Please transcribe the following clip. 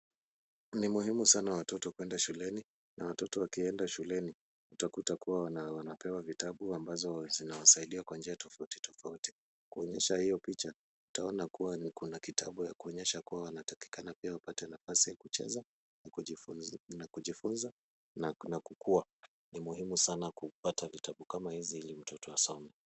Ni muhimu sana watoto kuenda shuleni na watoto wakienda shuleni utakuta kuwa wanapewa vitabu ambazo zinawasaidia kwa njia tofauti tofauti. Kuonyesha hiyo picha iko utaona kuwa kuna kitabu ya kuonyesha kuwa wanatakikana pia wapate nafasi ya kucheza na kujifunza na kukua. Ni muhimu sana kupata vitabu kama hizi ili mtoto asome.